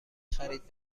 خرید